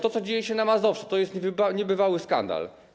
To, co dzieje się na Mazowszu, to jest niebywały skandal.